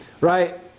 right